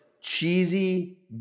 cheesy